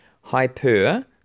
Hyper